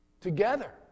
Together